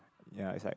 ya it's like